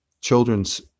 Children's